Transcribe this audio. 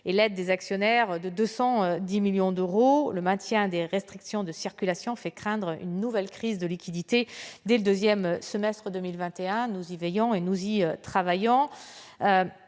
et l'aide des actionnaires à hauteur de 210 millions d'euros, le maintien des restrictions de circulation fait craindre une nouvelle crise de liquidités dès le deuxième semestre 2021. Nous y veillons et nous y travaillons.